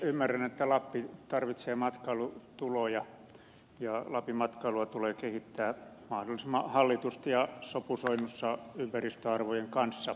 ymmärrän että lappi tarvitsee matkailutuloja ja lapin matkailua tulee kehittää mahdollisimman hallitusti ja sopusoinnussa ympäristöarvojen kanssa